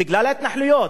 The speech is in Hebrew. בגלל ההתנחלויות.